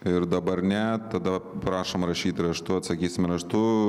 ir dabar ne tada va prašom rašyt raštu atsakysim raštu